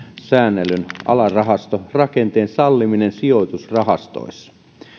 säännellyn alarahastorakenteen salliminen sijoitusrahastoissa